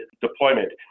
deployment